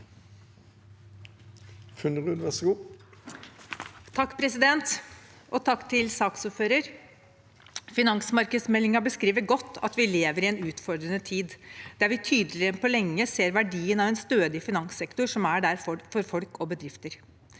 Funderud (Sp) Takk til saksordføreren. Finansmarkedsmeldingen beskriver godt at vi lever i en utfordrende tid, der vi tydeligere enn på lenge ser verdien av en stødig finanssektor som er der for folk og bedrifter.